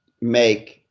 make